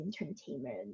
entertainment